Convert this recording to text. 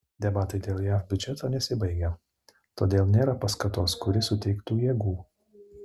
debatai dėl jav biudžeto nesibaigia todėl nėra paskatos kuri suteiktų jėgų